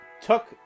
took